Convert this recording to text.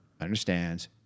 understands